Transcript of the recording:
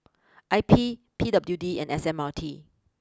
I P P W D and S M R T